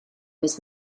was